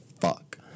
fuck